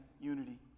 unity